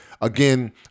Again